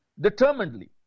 determinedly